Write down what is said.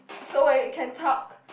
so wait we can talk